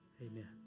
Amen